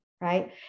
right